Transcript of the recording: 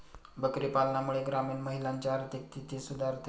बकरी पालनामुळे ग्रामीण महिलांची आर्थिक स्थिती सुधारते